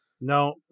No